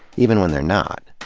even when they're not.